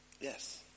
Yes